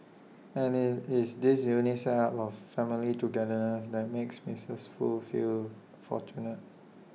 and IT it's this unique set up of family togetherness that makes misses Foo feel fortunate